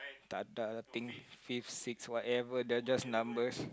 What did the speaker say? the the fifth sixth whatever they are just numbers